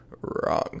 wrong